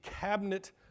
Cabinet